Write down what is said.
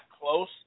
close